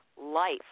life